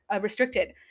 restricted